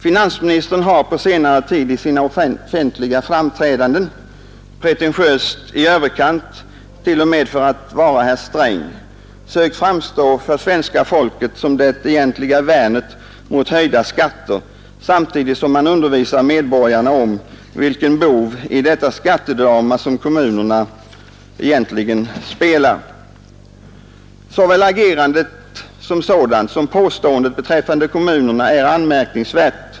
Finansministern har på senare tid i sina offentliga framträdanden, pretentiöst i överkant, t.o.m. för att vara herr Sträng, sökt framstå för svenska folket som det egentliga värnet mot höjda skatter, samtidigt som han undervisar medborgarna om vilken bov i detta skattedrama som kommunerna egentligen är. Såväl agerandet som påståendet beträffande kommunerna är anmärkningsvärt.